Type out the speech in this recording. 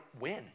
win